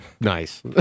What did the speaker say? Nice